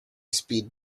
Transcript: speed